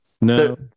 No